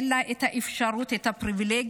אין לה את האפשרות, את הפריבילגיה,